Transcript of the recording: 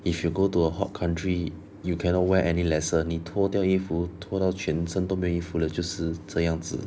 if you go to a hot country you cannot wear any lesser 你脱掉衣服脱掉全身都没衣服了就是这样子